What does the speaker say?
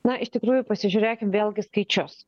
na iš tikrųjų pasižiūrėkim vėlgi skaičius